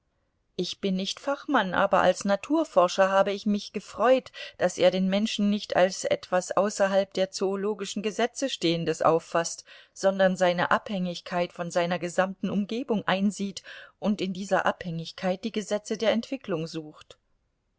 ich bin nicht fachmann aber als naturforscher habe ich mich gefreut daß er den menschen nicht als etwas außerhalb der zoologischen gesetze stehendes auffaßt sondern seine abhängigkeit von seiner gesamten umgebung einsieht und in dieser abhängigkeit die gesetze der entwicklung sucht